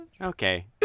okay